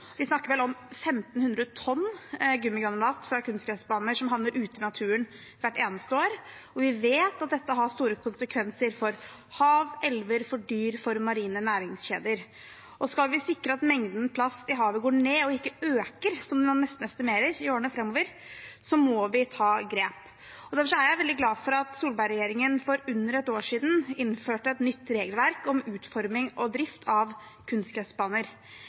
Vi snakker vel om 1 500 tonn gummigranulat fra kunstgressbaner som havner ute i naturen hvert eneste år, og vi vet at dette har store konsekvenser for hav, elver, dyr og marine næringskjeder. Skal vi sikre at mengden plast i havet går ned – og ikke øker, som man nesten estimerer – i årene framover, må vi ta grep. Derfor er jeg veldig glad for at Solberg-regjeringen for under et år siden innførte et nytt regelverk om utforming og drift av